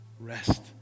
rest